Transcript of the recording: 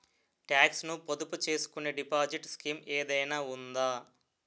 Talks ను పొదుపు చేసుకునే డిపాజిట్ స్కీం ఏదైనా ఉందా?